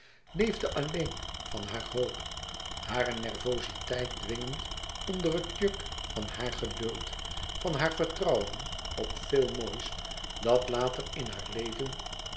leefde alleen van haar hoop hare nervoziteit dwingend onder het juk van haar geduld van haar vertrouwen op veel moois dat later in haar leven